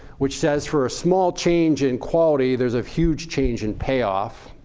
which says for a small change in quality, there's a huge change in payoff.